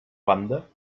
banda